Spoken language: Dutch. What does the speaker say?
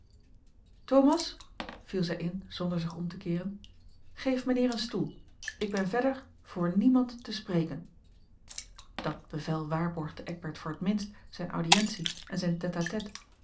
thomas viel zij in zonder zich om te keeren geef mijnheer een stoel ik ben verder voor niemand te spreken dat bevel waarborgde eckbert voor t minst zijne audientie en zijn